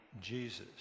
Jesus